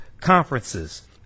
conferences